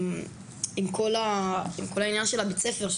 עם כל העניין של בית הספר,